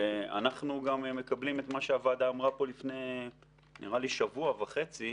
ואנחנו גם מקבלים את מה שהוועדה אמרה פה לפני שבוע וחצי,